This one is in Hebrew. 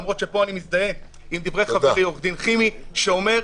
למרות שפה אני מזדהה עם דברי חברי עו"ד חימי שאומר: